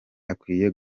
akwiye